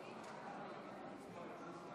ההצבעה: